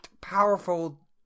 powerful